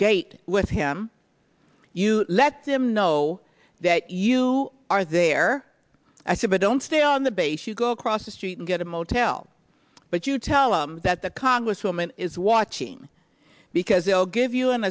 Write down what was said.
gate with him you let them know that you are there i said i don't stay on the base you go across the street and get a motel but you tell us that the congresswoman is watching because they'll give you an